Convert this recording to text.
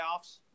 playoffs